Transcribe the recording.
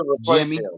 Jimmy